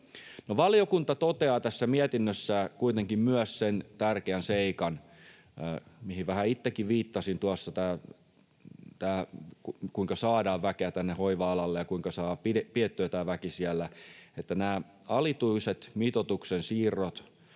Valiokunta toteaa tässä mietinnössään kuitenkin myös sen tärkeän seikan — mihin vähän itsekin viittasin tuossa, kuinka saadaan väkeä tänne hoiva-alalle ja kuinka saadaan pidettyä tämä väki siellä — että nämä alituiset mitoituksen siirrot,